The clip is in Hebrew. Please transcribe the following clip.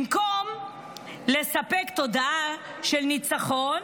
במקום לספק תודעה של ניצחון,